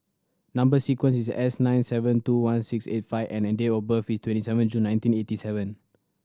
number sequence is S nine seven two one six eight five N and date of birth is twenty seven June nineteen eighty seven